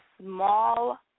small